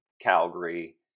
Calgary